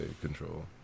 Control